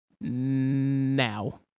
now